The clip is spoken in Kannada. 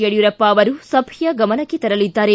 ಯಡಿಯೂರಪ್ಪ ಅವರು ಸಭೆಯ ಗಮನಕ್ಕೆ ತರಲಿದ್ದಾರೆ